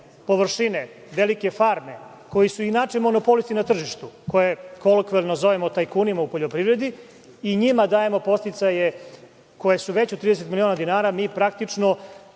površine, velike farme koje su inače monopolisti na tržištu, koje kolokvijalno zovemo tajkunima u poljoprivredi i njima dajemo podsticaje koji su veći od 30 miliona dinara, mi praktično